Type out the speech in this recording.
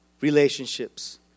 relationships